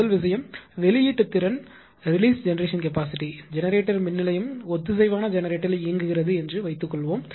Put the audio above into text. முதல் விஷயம் வெளியீட்டுத் திறன் ரிலீஸ் ஜெனெரேஷன் கேபாஸிட்டி ஜெனரேட்டர் மின் நிலையம் ஒத்திசைவான ஜெனரேட்டரில் இயங்குகிறது என்று வைத்துக்கொள்வோம்